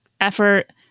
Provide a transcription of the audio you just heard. effort